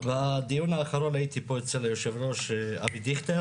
בדיון האחרון הייתי פה אצל היושב-ראש אבי דיכטר